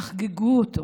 תחגגו אותו.